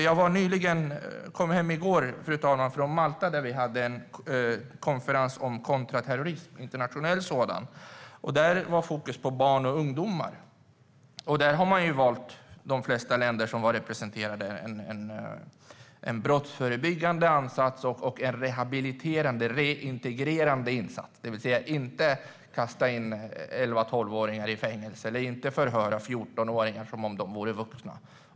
Jag kom i går hem från Malta där vi hade en internationell konferens om kontraterrorism, fru talman. Där låg fokus på barn och ungdomar. De flesta länder som var representerade har valt en brottsförebyggande ansats och en rehabiliterande, återintegrerande ansats. Man kastar alltså inte 11 eller 12-åringar i fängelse och förhör inte 14-åringar som om de vore vuxna.